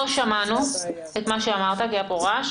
לא שמענו את מה שאמרת כי היה פה רעש.